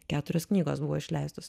keturios knygos buvo išleistos